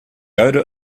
odor